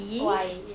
why